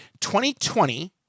2020